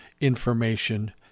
information